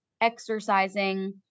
exercising